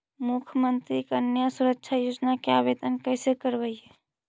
मुख्यमंत्री कन्या सुरक्षा योजना के आवेदन कैसे करबइ?